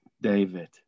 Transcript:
David